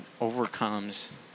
overcomes